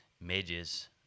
midges